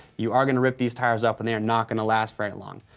you are gonna rip these tires up, and they are not gonna last very long.